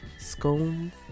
scones